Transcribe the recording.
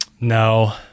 No